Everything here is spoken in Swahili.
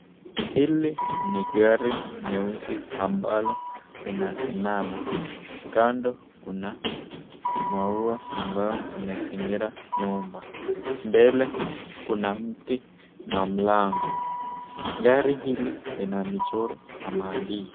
Hili ni gari nyeusi ambalo linasimama kando kuna maua ambayo imezingira nyumba. Mbele kuna mti na mlango gari hili lina mchoro na maandishi.